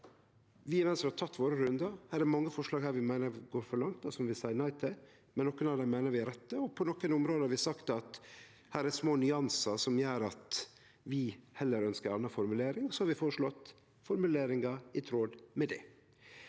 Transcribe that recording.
Vi i Venstre har teke våre rundar. Det er mange forslag her vi meiner går for langt, og som vi seier nei til, men nokre av dei meiner vi er rette. På nokre område har vi sagt at det er små nyansar som gjer at vi heller ønskjer ei anna formulering, og så har vi føreslått formuleringar i tråd med